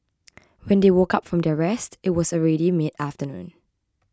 when they woke up from their rest it was already mid afternoon